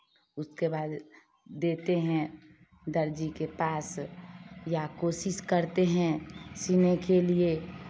उसके बाद देते हैं दर्ज़ी के पास या कोशिश करते हैं सिलने के लिये